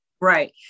Right